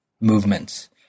movements